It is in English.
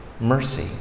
mercy